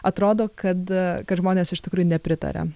atrodo kad kad žmonės iš tikrųjų nepritaria